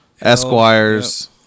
Esquire's